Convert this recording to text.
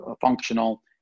functional